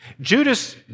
Judas